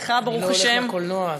לך, ברוך השם, אני לא הולך לקולנוע.